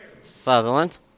Sutherland